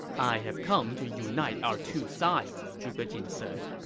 i have come to unite our two sides, zhuge jin said.